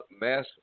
mass